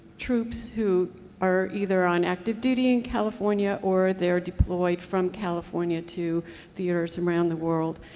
troops who are either on active duty in california or they are deployed from california to theaters around the world.